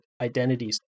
identities